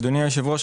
אדוני היושב-ראש,